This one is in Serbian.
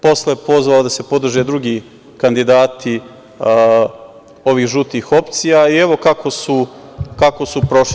Posle je pozvao da se podrže drugi kandidati ovih drugih opcija i evo kako su prošli.